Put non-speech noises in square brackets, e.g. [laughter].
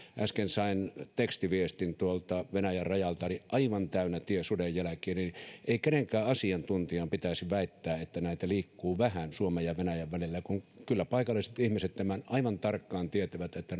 äsken sain tekstiviestin tuolta venäjän rajalta että on aivan täynnä tie sudenjälkiä ei kenenkään asiantuntijan pitäisi väittää että näitä liikkuu vähän suomen ja venäjän välillä kun kyllä paikalliset ihmiset tämän aivan tarkkaan tietävät että [unintelligible]